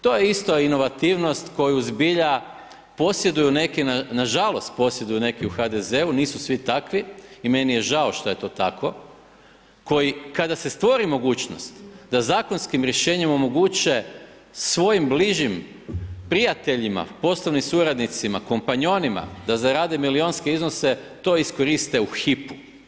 To je isto inovativnost, koju zbilja posjeduju, neki, nažalost, posjeduju neki u HDZ-u, nisu svi takvi i meni je žao što je to tako, koji kada se stvori mogućnost da zakonskim rješenjem omoguće svojim bližim prijateljima, poslovnim suradnicima, kompanjonima, da zarade milijunske iznose, to iskoriste u HIP-u.